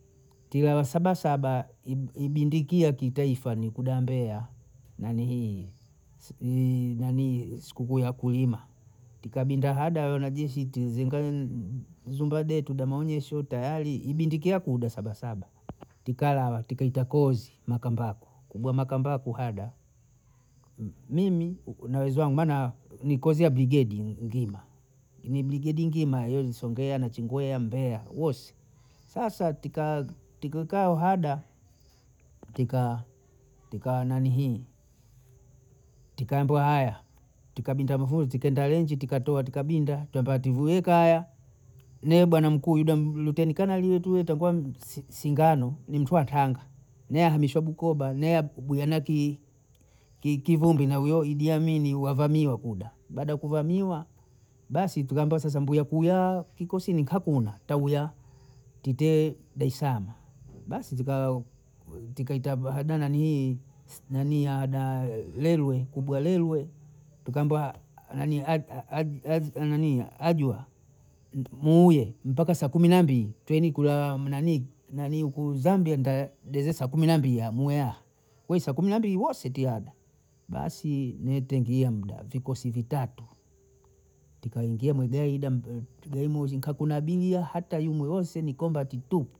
Tila wa sabasaba ibindikia kitaifa ni kudambea nanihii siku sikukuu ya wakulima, tika binda haba wanajeshi tizinga yi- zunga getu dama unyesho tayari ibindike kuda sabasaba, tikalala tikaita kozi makambako kubwa makambako haba, mimi na wezwangu maana ni kozi ya brigedi ngima, imebrigedi ngima yeni songea nachingwea Mbeya wose, sasa tika tikakaa hada tika tika tika nanihii tikambiwa haya, tikabinda muvuzi, tikaenda rengi, tikatoa tikabinda twambia ti hivi we kaya. mye bwana mkuu yuda m- metani kama lie tuita kwani singano ni mtu wa tanga naye ahamishwa bukoba aye abuya napi ki- kivumbi na huyo idi amini wavamiwa kuda, baada ya kuvamiwa basi tukaambiwa sasa mbuya kuyaa kikosi ni hakuna tauya titee daesaama, basi zikao zikaita hado nanii nanii hada railwei kubwa railwei tukaambiwa nanihii ajua muuye mpaka saa kumi na mbili treni kulewa mnanii nanii huku Zambia nda geza saa kumi na mbili aya muwe aha wai saa kumi na mbili wose tihada, basi netangia muda vikosi vitatu tikaingia mugaida gayi muzi nkakuna abiria hata yimu wose ni kombati tu